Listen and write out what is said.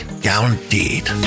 Guaranteed